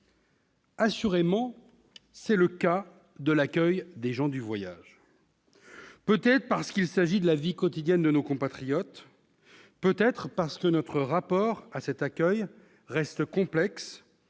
Assurément, c'est le cas du sujet de l'accueil des gens du voyage. Peut-être en est-il ainsi parce qu'il s'agit de la vie quotidienne de nos compatriotes, peut-être parce que notre rapport à cet accueil reste complexe,